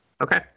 Okay